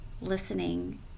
listening